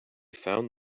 found